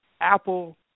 Apple